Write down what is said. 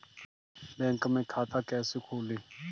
Bank में खाता कैसे खोलें?